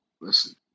listen